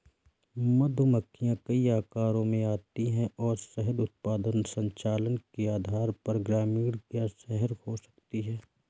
मधुमक्खियां कई आकारों में आती हैं और शहद उत्पादन संचालन के आधार पर ग्रामीण या शहरी हो सकती हैं